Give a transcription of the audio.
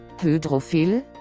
Hydrophil